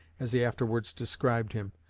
as he afterwards described him,